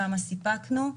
כמה סיפקנו.